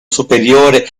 superiore